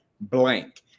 Blank